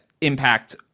impact